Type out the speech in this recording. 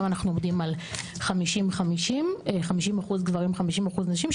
היום אנחנו עומדים על 50-50. 50% גברים ו-50% נשים.